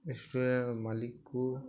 restaurant ମାଲିକକୁ